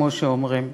כמו שאומרים,